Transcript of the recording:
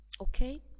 Okay